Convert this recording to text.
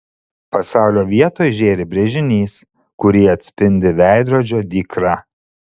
pasaulio vietoj žėri brėžinys kurį atspindi veidrodžio dykra